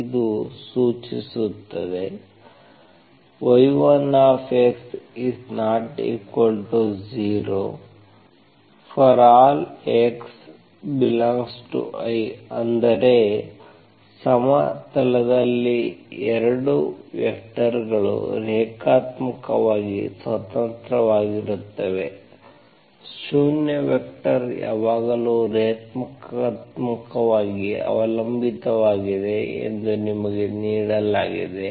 ಇದು ಸೂಚಿಸುತ್ತದೆ y1x≢0 ∀ x∈I ಅಂದರೆ ಸಮತಲದಲ್ಲಿ ಎರಡು ವೆಕ್ಟರ್ಗಳು ರೇಖಾತ್ಮಕವಾಗಿ ಸ್ವತಂತ್ರವಾಗಿರುತ್ತವೆ ಶೂನ್ಯ ವೆಕ್ಟರ್ ಯಾವಾಗಲೂ ರೇಖಾತ್ಮಕವಾಗಿ ಅವಲಂಬಿತವಾಗಿದೆ ಎಂದು ನಿಮಗೆ ನೀಡಲಾಗಿದೆ